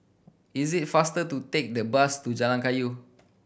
is it faster to take the bus to Jalan Kayu